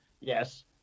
yes